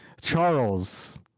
Charles